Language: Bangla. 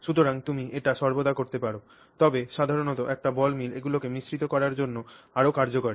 সুতরাং তুমি এটা সর্বদা করতে পার তবে সাধারণত একটি বল মিল এগুলিকে মিশ্রিত করার জন্য আরও কার্যকরী